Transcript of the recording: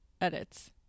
edits